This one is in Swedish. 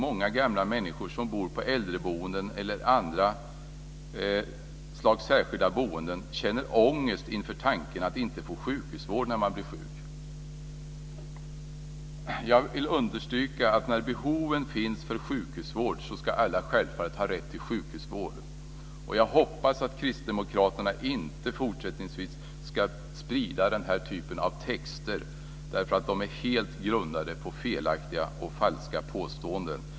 "Många gamla människor, som bor på äldreboenden eller andra slags särskilda boenden, känner ångest inför tanken att inte få sjukhusvård när man blir sjuk." Jag vill understryka att när behov finns av sjukhusvård ska alla självfallet ha rätt till sjukhusvård. Jag hoppas att kristdemokraterna fortsättningsvis inte sprider den här typen av texter därför att de är helt grundade på felaktiga och falska påståenden.